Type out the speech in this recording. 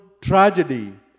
tragedy